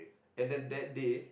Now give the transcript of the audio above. and then that day